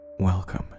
Welcome